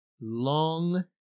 long